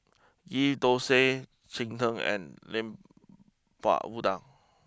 Ghee Thosai Cheng Tng and Lemper Udang